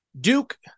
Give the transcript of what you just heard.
Duke